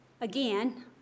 again